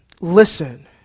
Listen